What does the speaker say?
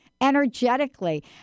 energetically